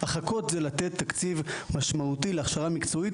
החכות זה לתת תקציב משמעותי להכשרה מקצועית